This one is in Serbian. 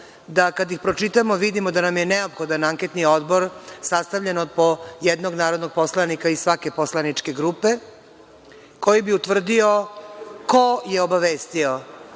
da kad ih pročitamo vidimo da nam je neophodan anketni odbor sastavljen od po jednog narodnog poslanika iz svake poslaničke grupe, koji bi utvrdio ko je obavestio